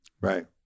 Right